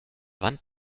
wand